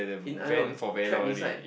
in I know trap inside